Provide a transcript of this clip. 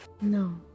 no